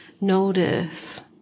notice